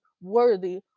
worthy